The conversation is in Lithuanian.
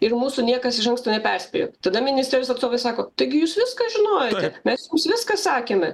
ir mūsų niekas iš anksto neperspėjo tada ministerijos atstovai sako taigi jūs viską žinojote mes viską sakėme